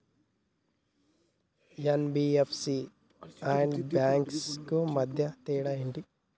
NBFC and banks కు మధ్య తేడా ఏంటిది?